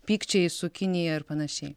pykčiai su kinija ir panašiai